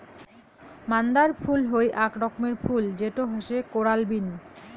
মান্দার ফুল হই আক রকমের ফুল যেটো হসে কোরাল বিন